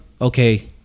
okay